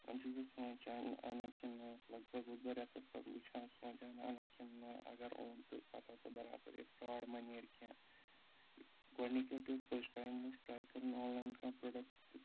وۄنۍ چھُس بہٕ سونٛچان اَنان کہِ نہٕ لگ بگ اوسُس بہٕ رٮ۪تَس تَتھ وُچھان سونٛچان اَنان کہِ نہٕ اگر اوٚن تہٕ پَتہٕ آسو برابر یہِ فراڈ وۄنۍ نیرِ کینٛہہ گۄڈنِک لَٹہِ اوس فٔسٹ ٹایم اوس ٹراے کَرُن آنلاین کانٛہہ پروڈَکٹ